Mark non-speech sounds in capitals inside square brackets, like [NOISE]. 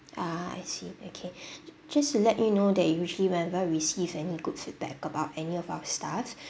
ah I see okay [BREATH] just to let you know that usually whenever we receive any good feedback about any of our staff